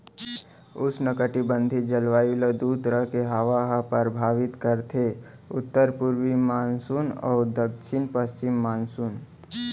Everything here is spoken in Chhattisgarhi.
उस्नकटिबंधीय जलवायु ल दू तरह के हवा ह परभावित करथे उत्तर पूरवी मानसून अउ दक्छिन पस्चिम मानसून